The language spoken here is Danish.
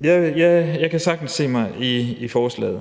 Jeg kan sagtens se mig selv i forslaget.